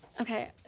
okay.